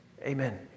Amen